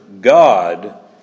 God